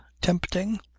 tempting